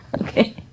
Okay